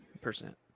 percent